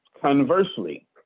Conversely